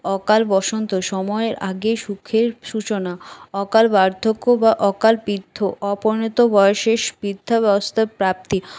অকাল বসন্ত সময়ের আগে সুখের সূচনা অকাল বার্ধক্য বা অকাল বৃদ্ধ অপরিণত বয়সে বৃদ্ধাবস্থা প্রাপ্তি